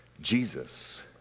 Jesus